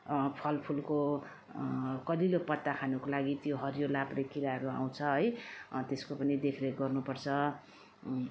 फल फुलको कलिलो पत्ता खानुको लागि त्यो हरियो लाभ्रे किराहरू आउँछ है त्यसको पनि देखरेख गर्नु पर्छ